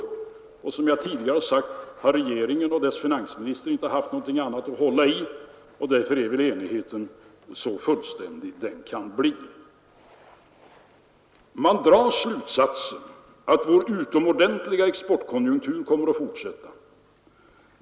Som jag redan har sagt har regeringen och dess finansminister inte haft något annat att hålla sig till, och därför är väl enigheten så fullständig den kan bli. Man drar slutsatsen att vår utomordentliga exportkonjunktur kommer att fortsätta.